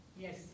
Yes